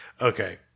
Okay